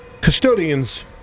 custodians